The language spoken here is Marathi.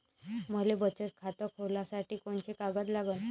मले बचत खातं खोलासाठी कोंते कागद लागन?